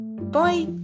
Bye